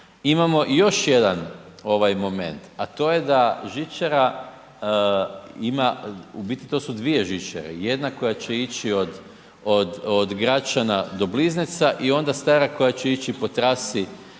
Imamo još jedan ovaj moment, a to je da žičara ima, u biti to su dvije žičare, jedna koja će ići od, od, od Gračana do Blizneca i onda stara koja će ići po trasi